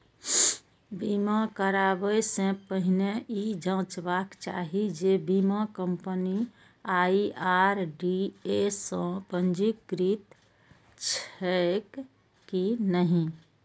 बीमा कराबै सं पहिने ई जांचबाक चाही जे बीमा कंपनी आई.आर.डी.ए सं पंजीकृत छैक की नहि